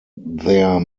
there